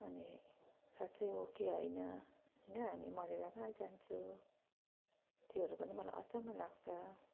अनि साँच्चै हो कि होइन होइन हामी मरेर कहाँ जान्छु त्योहरू पनि मलाई अचम्म लाग्छ